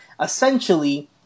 essentially